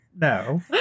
no